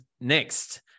next